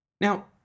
Now